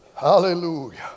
Hallelujah